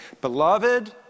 beloved